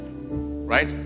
Right